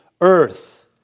earth